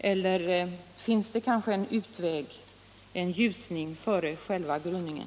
Eller finns det kanske en utväg, en ljusning före själva gryningen?